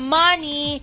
money